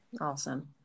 Awesome